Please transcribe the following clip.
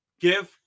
give